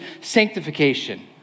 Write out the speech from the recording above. sanctification